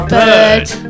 Bird